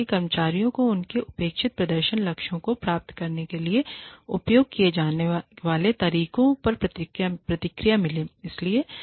ताकि कर्मचारियों को उनके अपेक्षित प्रदर्शन लक्ष्यों को प्राप्त करने के लिए उपयोग किए जाने वाले तरीकों पर प्रतिक्रिया मिले